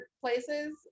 places